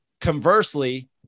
conversely